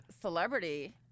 celebrity